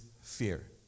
fear